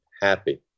happy